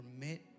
permit